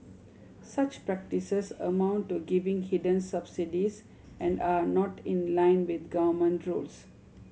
such practices amount to giving hidden subsidies and are not in line with government rules